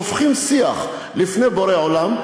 שופכים שיח לפני בורא עולם,